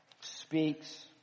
speaks